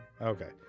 Okay